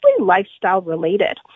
lifestyle-related